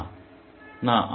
না না না